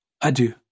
Adieu